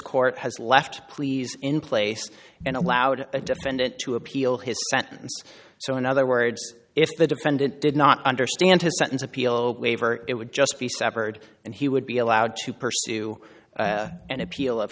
court has left pleas in place and allowed the defendant to appeal his sentence so in other words if the defendant did not understand his sentence appeal waiver it would just be severed and he would be allowed to pursue an appeal of